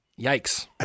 Yikes